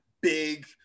big